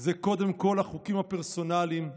זה קודם כול החוקים הפרסונליים.